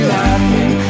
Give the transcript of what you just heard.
laughing